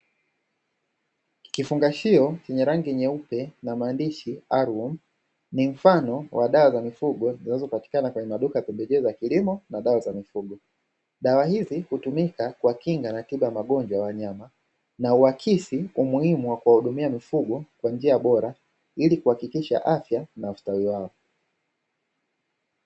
Kifungashio chenye rangi nyeupe na maandishi "RWORM", ni mfano wa dawa za mifugo zinazopatikana kwenye maduka ya pembejeo za kilimo na dawa za mifugo. Dawa hizi hutumika kwa kinga na tiba ya magonjwa ya wanyama, na huakisi umuhimu wa kuwahudumia mifugo kwa njia bora ili kuhakikisha afya na ustawi wao.